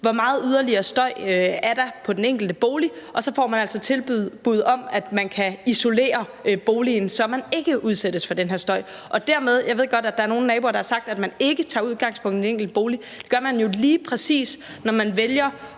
hvor meget yderligere støj der er i den enkelte bolig, og så får man altså et tilbud om at få isoleret boligen, så man ikke udsættes for den her støj. Jeg ved godt, at der er nogle naboer, der har sagt, at man ikke tager udgangspunkt i den enkelte bolig, men det gør man jo lige præcis, når man vælger